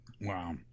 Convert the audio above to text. wow